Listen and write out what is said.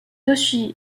aussi